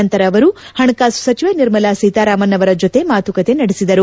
ನಂತರ ಅವರು ಪಣಕಾಸು ಸಚಿವೆ ನಿರ್ಮಲಾ ಸೀತಾರಾಮನ್ ಅವರ ಜತೆ ಮಾತುಕತೆ ನಡೆಸಿದರು